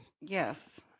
Yes